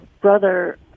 brother